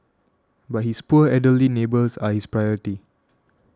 but his poor elderly neighbours are his priority